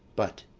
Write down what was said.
but,